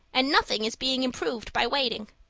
and nothing is being improved by waiting.